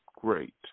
great